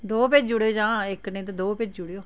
दो भेजी ओड़ेओ जां इक नेईं तां दो भेजी ओड़ेओ